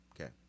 okay